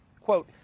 Quote